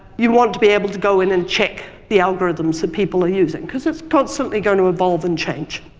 you want to be able to go in and check the algorithms that people are using because it's constantly going to evolve and change.